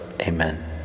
Amen